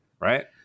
right